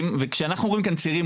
וכאשינחנו אומרים כאן צעירים,